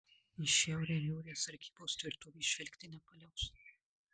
į šiaurę niūrią sargybos tvirtovė žvelgti nepaliaus